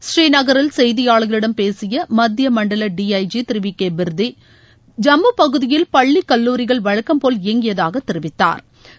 ஸ்ரீநகரில் செய்தியாளர்களிடம் பேசிய மத்திய மண்டல டி ஐ ஜி திரு வி கே பிர்டி ஜம்மு பகுதியில் பள்ளி கல்லூரிகள் வழக்கம் போல் இயங்கியதாக தெரிவித்தாா்